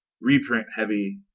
reprint-heavy